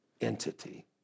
entity